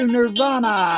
Nirvana